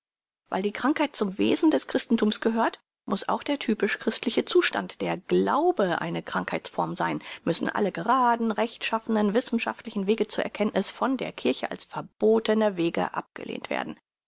weil die krankheit zum wesen des christenthums gehört muß auch der typisch christliche zustand der glaube eine krankheitsform sein müssen alle geraden rechtschaffnen wissenschaftlichen wege zur erkenntnis von der kirche als verbotene wege abgelehnt werden